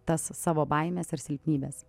tas savo baimes ir silpnybes